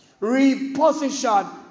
reposition